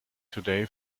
today